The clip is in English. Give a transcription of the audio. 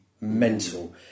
mental